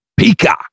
Pika